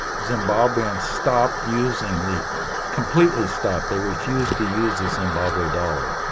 zimbabweans stopped using the completely stopped. they refused to use the zimbabwe dollar.